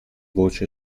voce